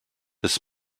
this